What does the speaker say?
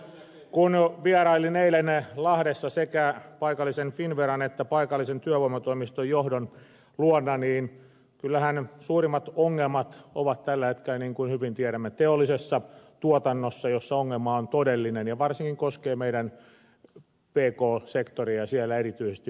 kun vierailin eilen lahdessa sekä paikallisen finnveran että paikallisen työvoimatoimiston johdon luona niin kyllähän suurimmat ongelmat ovat tällä hetkellä niin kuin hyvin tiedämme teollisessa tuotannossa jossa ongelma on todellinen ja varsinkin koskee meidän pk sektoriamme siellä erityisesti vientiteollisuutta